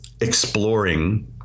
exploring